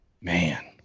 Man